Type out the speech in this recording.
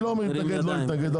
אני לא אומר התנגד או לא התנגד,